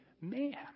man